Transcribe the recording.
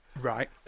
Right